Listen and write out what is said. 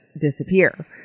disappear